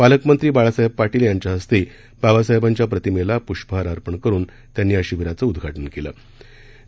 पालकमंत्री बाळासाहेब पार्टील यांच्या हस्ते बाबासाहेबांच्या प्रतिमेला प्रष्पहार अर्पण करून त्यांनी या शिबिराचं उद्घाज केलं गेलं